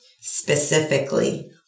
specifically